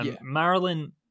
Marilyn